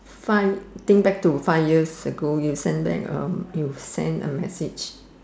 five think back to five years ago you send back you send a message